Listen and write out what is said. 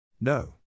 No